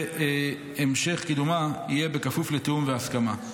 והמשך קידומה יהיה כפוף לתיאום והסכמה.